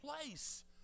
place